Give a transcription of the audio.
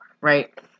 Right